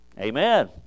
Amen